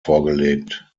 vorgelegt